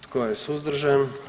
Tko je suzdržan?